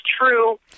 true